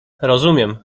rozumiem